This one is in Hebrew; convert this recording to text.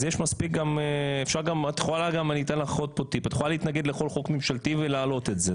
אז את יכולה גם להתנגד לכול חוק ממשלתי ולהעלות אותי,